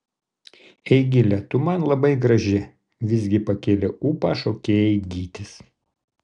eigile tu man labai graži visgi pakėlė ūpą šokėjai gytis